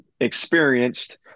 experienced